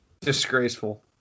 Disgraceful